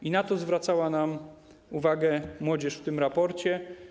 I na to zwracała nam uwagę młodzież w tym raporcie.